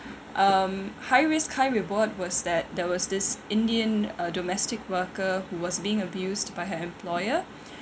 mm high risk high reward was that there was this indian uh domestic worker who was being abused by her employer